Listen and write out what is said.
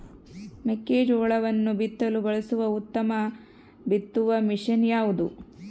ಮೆಕ್ಕೆಜೋಳವನ್ನು ಬಿತ್ತಲು ಬಳಸುವ ಉತ್ತಮ ಬಿತ್ತುವ ಮಷೇನ್ ಯಾವುದು?